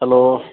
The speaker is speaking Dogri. हैल्लो